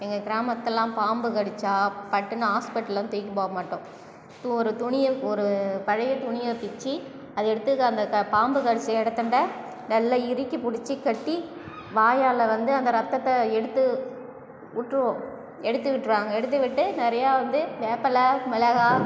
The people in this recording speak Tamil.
எங்கள் கிராமத்தெலாம் பாம்பு கடிச்சால் பட்டுனு ஹாஸ்ப்பிட்டல்லாம் தூக்கிட்டு போகமாட்டோம் ஒரு துணியை ஒரு பழைய துணியை பிச்சு அதை எடுத்து அந்த பாம்பு கடிச்ச இடத்துண்ட நல்லா இறுக்கி பிடிச்சி கட்டி வாயால் வந்து அந்த ரத்தத்தை எடுத்து விட்டுருவோம் எடுத்து விட்டுருவாங்க எடுத்துவிட்டு நிறைய வந்து வேப்பலை மிளகாய்